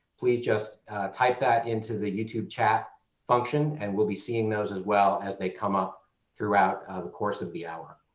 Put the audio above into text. please just type that into the youtube chat function and we'll be seeing those as well as they come up throughout the course of the hour.